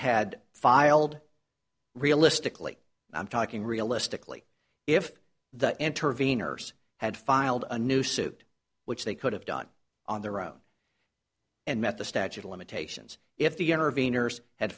had filed realistically i'm talking realistically if that intervene or had filed a new suit which they could have done on their own and met the statute of limitations if the interveners had